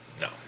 No